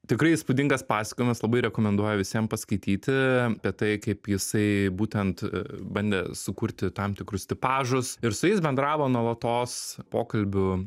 tikrai įspūdingas pasakojimas labai rekomenduoju visiem paskaityti apie tai kaip jisai būtent bandė sukurti tam tikrus tipažus ir su jais bendravo nuolatos pokalbių